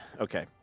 Okay